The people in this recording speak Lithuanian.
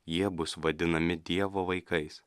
jie bus vadinami dievo vaikais